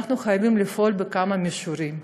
אנחנו חייבים לפעול בכמה מישורים: